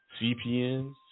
CPNs